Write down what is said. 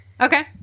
okay